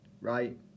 right